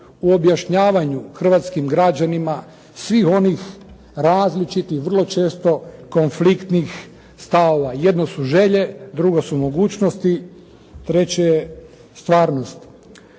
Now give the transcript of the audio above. u objašnjavanju hrvatskim građanima svih onih različitih vrlo često konfliktnih stavova, jedno su želje, drugo su mogućnosti, treće stvarnost.